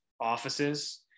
offices